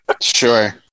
Sure